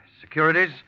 securities